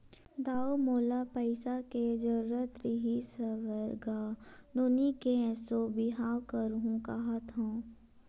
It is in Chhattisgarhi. दाऊ मोला पइसा के जरुरत रिहिस हवय गा, नोनी के एसो बिहाव करहूँ काँहत हँव